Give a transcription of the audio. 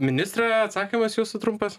ministre atsakymas jūsų trumpas